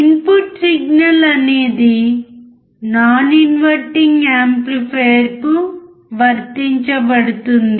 input signal అనేది non inverting యాంప్లిఫైయర్కు వర్తించబడుతుంది